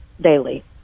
daily